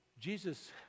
Jesus